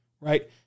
right